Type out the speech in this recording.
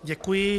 Děkuji.